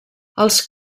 els